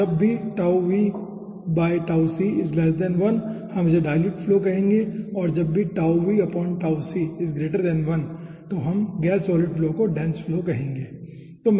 तो जब भी हम इसे डाईल्युट फ्लो कहेंगे और जब भी का पता लगाएंगे तो हम गैस सॉलिड फ्लो को डेन्स फ्लो कहेंगे ठीक है